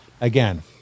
again